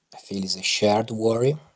feel it's a shared worry.